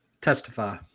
Testify